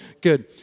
good